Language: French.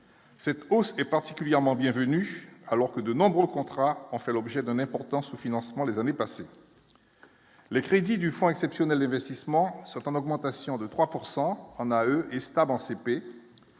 cette hausse est particulièrement bienvenue alors que de nombreux contrats en fait l'objet d'un important sous-financement des années passées. Les crédits du fonds exceptionnel dès investissements sont en augmentation de 3 pourcent on eux